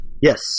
Yes